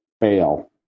fail